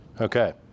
Okay